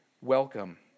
welcome